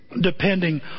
depending